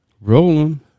Rolling